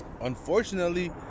unfortunately